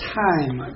time